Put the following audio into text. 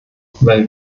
weil